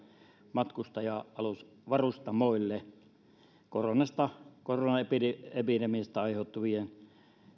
matkustaja alusvarustamoille koronaepidemiasta aiheutuvien